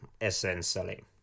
essentially